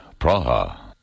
Praha